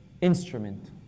instrument